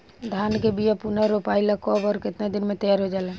धान के बिया पुनः रोपाई ला कब और केतना दिन में तैयार होजाला?